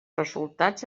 resultats